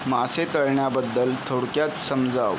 मासे तळण्याबद्दल थोडक्यात समजाव